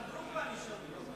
הרב דרוקמן אישר לו את זה.